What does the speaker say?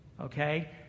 okay